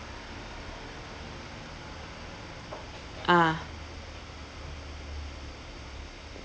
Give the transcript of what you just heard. ah